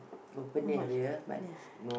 how much ya